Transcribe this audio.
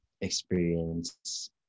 experience